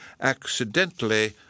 accidentally